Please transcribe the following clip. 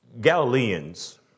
Galileans